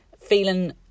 feeling